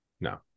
No